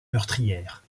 meurtrières